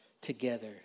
together